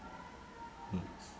mm